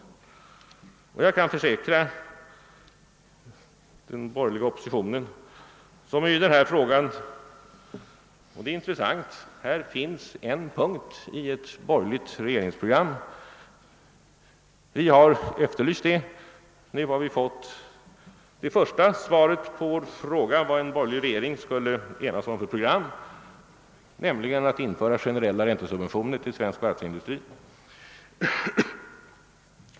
Den borgerliga. oppositionen är enig i denna fråga. Det är intressant — här finns en punkt i ett borgerligt regeringsprogram. Vi har efterlyst det, och nu har vi fått det första svaret på vår fråga vilket program en borgerlig regering skulle genomföra — den skulle införa generella räntesubventioner för den svenska varvsindustrin.